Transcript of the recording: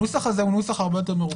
הנוסח הזה הוא נוסח הרה יותר מרוכך.